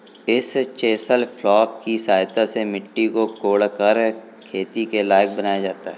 इस chisel plough की सहायता से मिट्टी को कोड़कर खेती के लायक बनाया जाता है